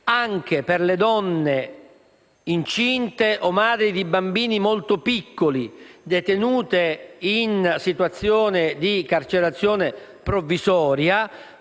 anche per le donne incinte o madri di bambini molto piccoli detenute in situazione di carcerazione provvisoria,